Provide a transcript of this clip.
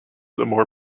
more